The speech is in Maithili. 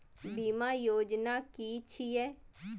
बीमा योजना कि छिऐ?